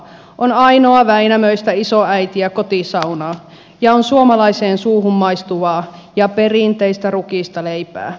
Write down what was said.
on ainoa väinämöistä isoäitiä kotisaunaa ja on suomalaiseen suuhun maistuvaa ja perinteistä rukiista leipää